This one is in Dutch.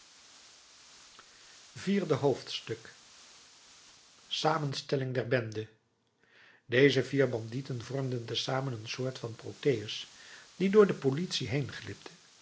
vierde hoofdstuk samenstelling der bende deze vier bandieten vormden te zamen een soort van proteus die door de politie